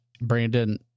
Brandon